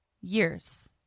Years